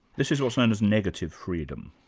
this is what's known as negative freedom.